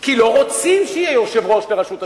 כי לא רוצים שיהיה יושב-ראש לרשות השידור,